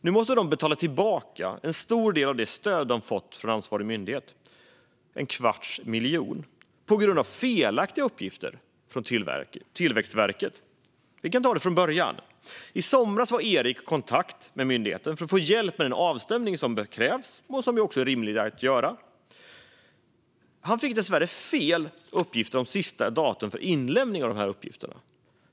Nu måste de betala tillbaka en stor del av det stöd som de fått från ansvarig myndighet - en kvarts miljon - på grund av felaktiga uppgifter från Tillväxtverket. Låt mig ta det från början. I somras var Erik i kontakt med myndigheten för att få hjälp med den avstämning som krävs och som också är rimlig. Han fick dessvärre fel datum för inlämning av uppgifterna.